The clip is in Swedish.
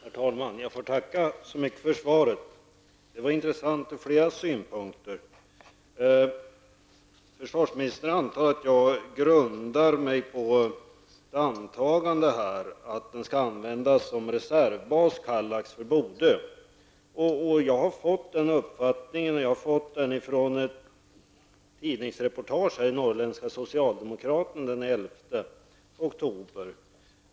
Herr talman! Jag får tacka så mycket för svaret. Det var intressant från flera synpunkter. Försvarsministern säger att jag gör antagandet att Kallax skall användas som reservbas för Bodö. Jag har fått den uppfattningen, och den har jag fått av ett tidningsreportage i Norrländska Socialdemokraten av den 11 oktober.